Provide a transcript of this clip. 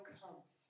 comes